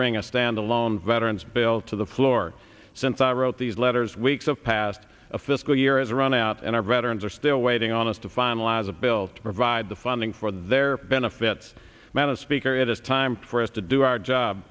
bring a standalone veterans bill to the floor since i wrote these letters weeks of past a fiscal year is running out and our veterans are still waiting on us to finalize a bill to provide the funding for their benefits man and speaker it is time for us to do our job